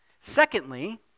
Secondly